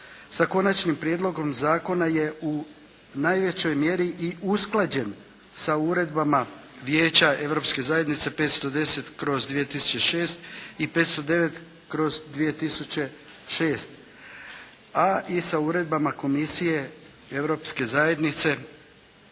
s Konačnim prijedlogom zakona je u najvećoj mjeri i usklađen sa uredbama Vijeća europske zajednice 510/2006. i 509/2006., a i sa uredbama Komisije europske zajednice